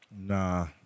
Nah